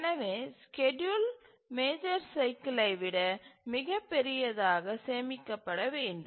எனவே schedule major சைக்கிலை விட மிகப் பெரியதாக சேமிக்கப்பட வேண்டும்